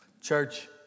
Church